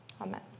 amen